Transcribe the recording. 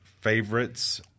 favorites